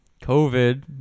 covid